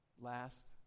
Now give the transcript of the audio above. last